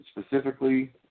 specifically